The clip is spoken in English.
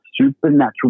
supernatural